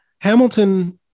Hamilton